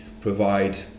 provide